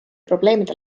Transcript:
probleemide